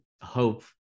Hope